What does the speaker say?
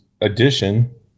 Edition